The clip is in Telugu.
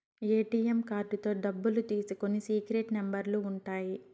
ఏ.టీ.యం కార్డుతో డబ్బులు తీసుకునికి సీక్రెట్ నెంబర్లు ఉంటాయి